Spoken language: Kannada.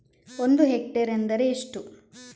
ಒಂದು ಹೆಕ್ಟೇರ್ ಎಂದರೆ ಎಷ್ಟು?